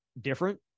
different